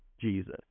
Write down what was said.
Jesus